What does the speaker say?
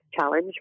challenge